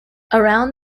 around